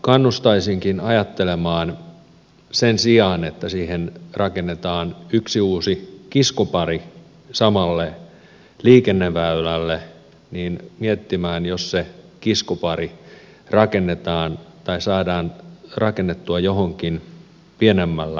kannustaisinkin sen sijaan että siihen rakennetaan yksi uusi kiskopari samalle liikenneväylälle miettimään saataisiinko se kiskopari rakennettua johonkin pienemmälle pätkälle